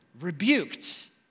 rebuked